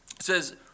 says